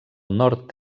nord